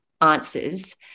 answers